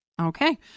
Okay